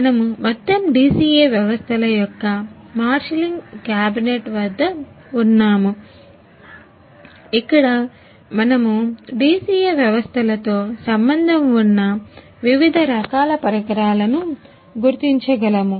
మనము మొత్తం DCA వ్యవస్థల యొక్క మార్షలింగ్ క్యాబినెట్ వద్ద ఉన్నాము ఇక్కడ మనము DCA వ్యవస్థలతో సంబంధం ఉన్న వివిధ రకాల పరికరాలను గుర్తించగలము